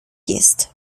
jest